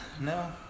No